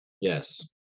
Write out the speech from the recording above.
Yes